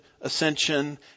ascension